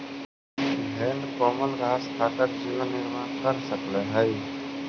भेंड कोमल घास खाकर जीवन निर्वाह कर सकअ हई